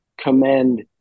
commend